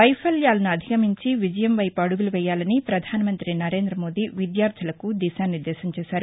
వైఫల్యాలను అధిగమించి విజయం వైపు అడుగులు వెయ్యాలని ప్రధానమంతి నరేందమోదీ విద్యార్లులకు దిశా నిర్దేశం చేశారు